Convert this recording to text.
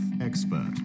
expert